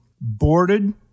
boarded